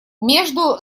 между